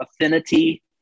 affinity